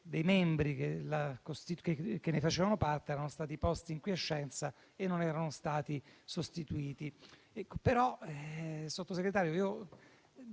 dei membri che ne facevano parte erano stati posti in quiescenza e non erano stati sostituiti. Però, signor Sottosegretario,